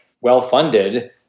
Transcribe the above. well-funded